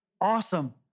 awesome